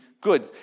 good